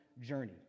journey